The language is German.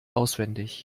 auswendig